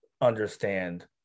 understand